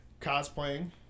Cosplaying